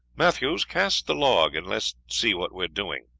matthews, cast the log, and let's see what we are doing.